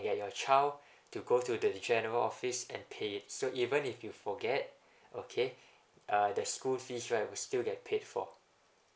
get your child to go to the general office and pay it so even if you forget okay uh the school fees right will still get paid for